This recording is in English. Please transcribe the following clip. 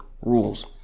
rules